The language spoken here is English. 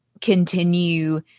continue